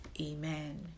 amen